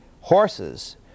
horses